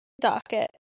docket